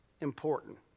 important